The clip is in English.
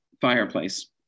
fireplace